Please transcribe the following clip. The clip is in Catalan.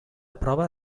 prova